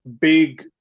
big